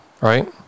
right